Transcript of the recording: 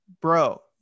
bro